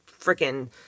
freaking